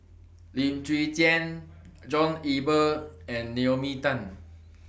Lim Chwee Chian John Eber and Naomi Tan